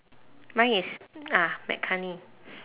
mine is ah mccartney